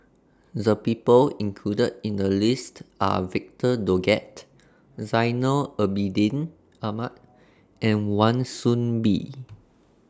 The People included in The list Are Victor Doggett Zainal Abidin Ahmad and Wan Soon Bee